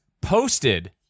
posted